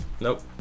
Nope